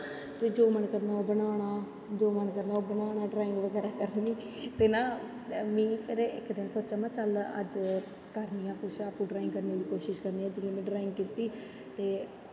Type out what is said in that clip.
ते जो मन करनां ओह् बनाना जो मन करनां ओह् बनाना ड्राईंग बगैरा करनीं इक ना इकदिन फिर सोचेआ चल करनियां आं कुश ड्राईंग करनें दी कोशिश करनीं आं जिसलै में ड्राईंग कीती ते